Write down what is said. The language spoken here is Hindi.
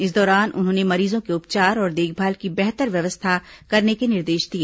इस दौरान उन्होंने मरीजों के उपचार और देखभाल की बेहतर व्यवस्था करने के निर्देश दिए